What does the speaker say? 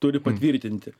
turi patvirtinti